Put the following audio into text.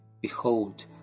Behold